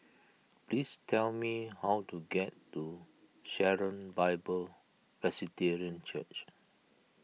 please tell me how to get to Sharon Bible Presbyterian Church